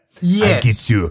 Yes